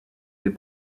les